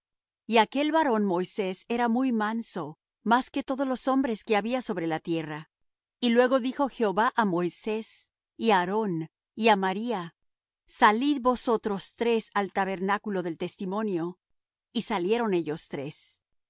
y aquel varón moisés era muy manso más que todos los hombres que había sobre la tierra y luego dijo jehová á moisés y á aarón y á maría salid vosotros tres al tabernáculo del testimonio y salieron ellos tres